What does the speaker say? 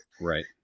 Right